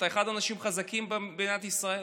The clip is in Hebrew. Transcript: אתה אחד האנשים החזקים במדינת ישראל.